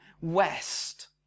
west